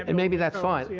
and maybe that's fine.